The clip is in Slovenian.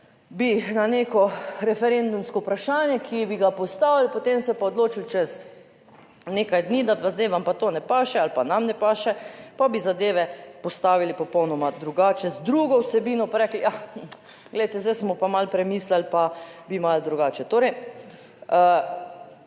bi na neko referendumsko vprašanje, ki bi ga postavili, potem se pa odločili čez nekaj dni, da pa zdaj vam pa to ne paše ali pa nam ne paše, pa bi zadeve postavili popolnoma drugače, z drugo vsebino, pa rekli: ja, glejte, zdaj smo pa malo premislili, pa bi malo drugače. Torej,